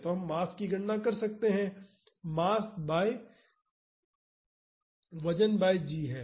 तो हम मास की गणना कर सकते हैं मास वजन बाई g है